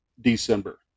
December